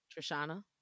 Trishana